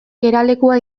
geralekua